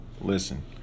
listen